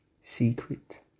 Secret